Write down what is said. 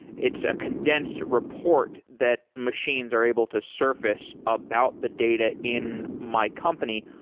it's a condensed report that machines are able to surface about the data in my company.